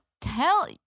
Tell